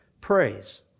praise